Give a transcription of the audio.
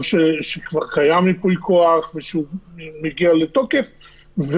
שכבר קיים ייפוי כוח ושהוא מגיע לתוקף,